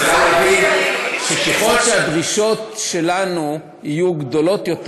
את צריכה להבין שככל שהדרישות שלנו מהמשכיר יהיו גדולות יותר,